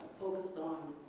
focused on